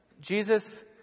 Jesus